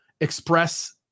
express